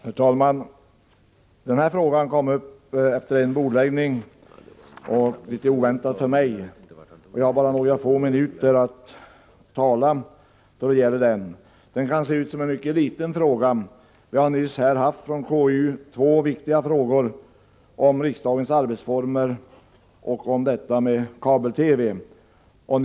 Herr talman! Den här frågan kom upp litet oväntat för mig efter endast en bordläggning. Jag har bara några få minuter på mig att tala. Det kan se ut som en mycket liten fråga. Vi har nyss haft uppe två viktiga frågor från KU om riksdagens arbetsformer och om kabel-TV-sändningar.